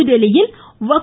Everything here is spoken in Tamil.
புதுதில்லியில் வக்